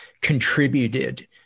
contributed